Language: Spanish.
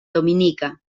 dominica